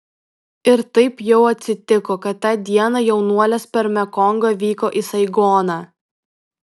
ir taip jau atsitiko kad tą dieną jaunuolis per mekongą vyko į saigoną